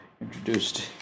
introduced